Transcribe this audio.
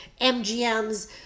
mgm's